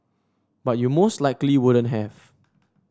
but you most likely wouldn't have